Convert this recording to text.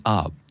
up